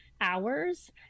hours